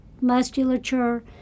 musculature